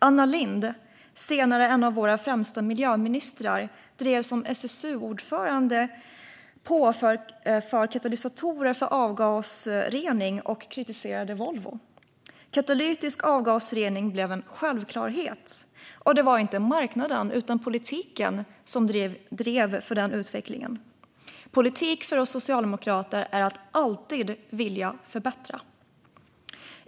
Anna Lindh, senare en av våra främsta miljöministrar, drev som SSU-ordförande på för katalysatorer för avgasrening, och hon kritiserade Volvo. Katalytisk avgasrening blev en självklarhet, och det var inte marknaden utan politiken som drev på för den utvecklingen. Politik är för oss socialdemokrater att alltid vilja förbättra.